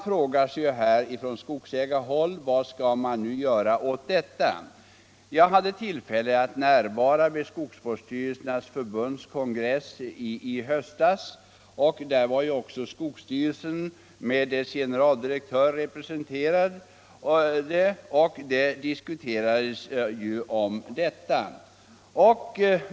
Från skogsägarhåll frågar man nu vad man kan göra. Jag hade tillfälle att närvara vid Skogsvårdsstyrelsernas förbunds kongress i höstas, där också skogsstyrelsen var representerad av sin generaldirektör, och där diskuterade man denna fråga.